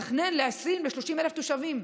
לתכנן ל-20,000 תושבים.